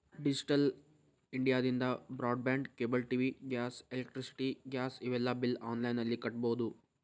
digital ಇಂಡಿಯಾದಿಂದ broadband cable TV gas electricity gas ಇವೆಲ್ಲಾ ಬಿಲ್ನ ಆನ್ಲೈನ್ ನಲ್ಲಿ ಕಟ್ಟಬೊದು